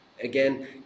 Again